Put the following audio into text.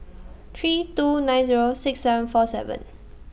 three two nine Zero six seven four seven